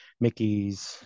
Mickey's